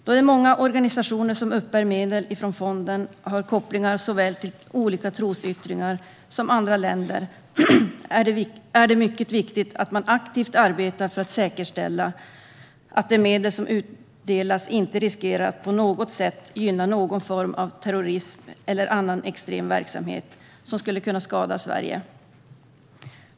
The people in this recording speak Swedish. Då det är många organisationer som uppbär medel från fonden som har kopplingar såväl till olika trosyttringar som till andra länder är det mycket viktigt att man aktivt arbetar för att säkerställa att de medel som utdelas inte på något sätt riskerar att gynna någon form av terrorism eller annan extrem verksamhet som skulle kunna skada Sverige.